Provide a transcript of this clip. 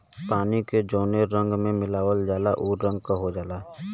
पानी के जौने रंग में मिलावल जाला उ रंग क हो जाला